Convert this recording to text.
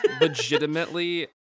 legitimately